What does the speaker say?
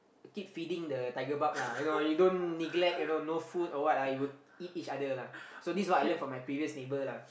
keep feeding the tiger barb lah you know you don't neglect you know no food or what ah it will eat other lah so this is what I learn from my previous neighbour lah